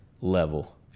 level